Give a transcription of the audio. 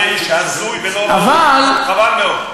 חבל מאוד.